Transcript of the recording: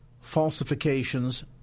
falsifications